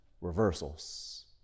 reversals